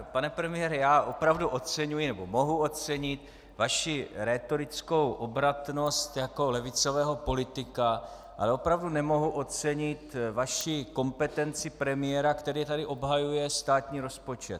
Pane premiére, já opravdu mohu ocenit vaši rétorickou obratnost jako levicového politika, ale opravdu nemohu ocenit vaši kompetenci premiéra, který tady obhajuje státní rozpočet.